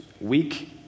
weak